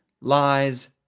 lies